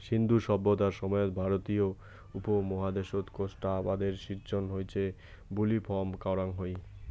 সিন্ধু সভ্যতার সময়ত ভারতীয় উপমহাদ্যাশত কোষ্টা আবাদের সিজ্জন হইচে বুলি ফম করাং হই